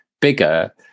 bigger